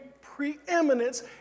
preeminence